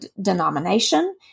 denomination